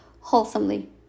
wholesomely